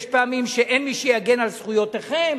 יש פעמים שאין מי שיגן על זכויותיכם.